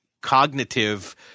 cognitive